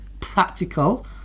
practical